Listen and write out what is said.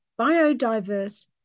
biodiverse